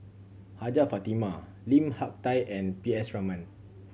Hajjah Fatimah Lim Hak Tai and P S Raman